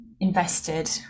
invested